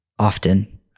Often